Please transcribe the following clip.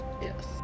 Yes